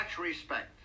respect